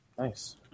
Nice